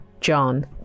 John